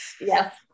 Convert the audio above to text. Yes